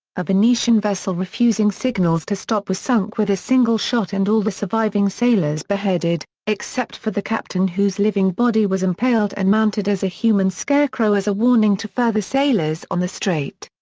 a venetian vessel refusing signals to stop was sunk with a single shot and all the surviving sailors beheaded, except for the captain whose living body was impaled and mounted as a human scarecrow as a warning to further sailors on the strait.